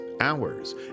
hours